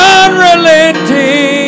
unrelenting